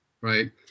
right